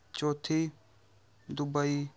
ਚੌਥੀ ਦੁਬਈ